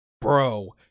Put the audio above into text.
bro